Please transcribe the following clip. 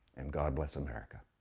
and god bless america.